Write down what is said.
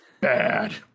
bad